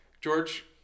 George